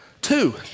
Two